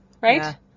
Right